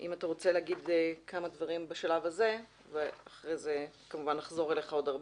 אם אתה רוצה לומר כמה דברים בשלב הזה ואחר כך נחזור ליהודה.